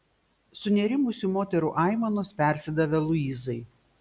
sunerimusių moterų aimanos persidavė luizai